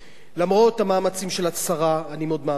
למרות המאמצים של השרה, אני מאוד מעריך את זה,